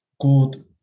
good